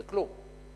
זה כלום.